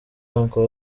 uncle